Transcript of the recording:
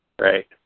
Right